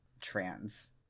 trans